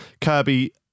Kirby